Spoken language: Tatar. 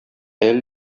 әле